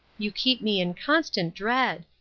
you keep me in constant dread.